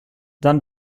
dann